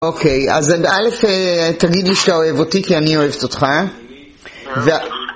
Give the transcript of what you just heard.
אוקיי, אז אלף תגיד לי שאתה אוהב אותי כי אני אוהבת אותך, אה?